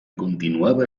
continuava